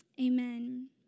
Amen